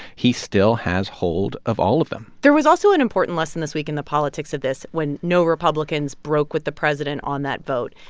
he still has hold of all of them there was also an important lesson this week in the politics of this when no republicans broke with the president on that vote.